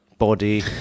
body